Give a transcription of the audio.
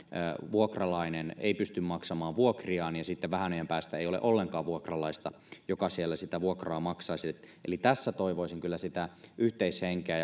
vuokralainen ei pysty maksamaan vuokriaan ja sitten vähän ajan päästä ei ole ollenkaan vuokralaista joka siellä sitä vuokraa maksaisi eli tässä toivoisin kyllä sitä yhteishenkeä